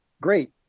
Great